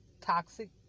toxic